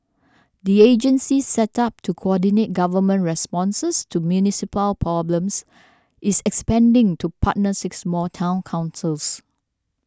the agency set up to coordinate government responses to municipal problems is expanding to partner six more Town Councils